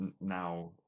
now